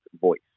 voice